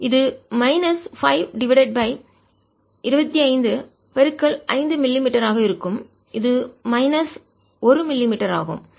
இது minus 5 divided by 255 மிமீ ஆக இருக்கும் இது மைனஸ் 1 மிமீ ஆகும்